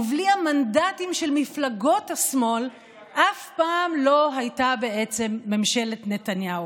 ובלי המנדטים של מפלגות השמאל אף פעם לא הייתה בעצם ממשלת נתניהו.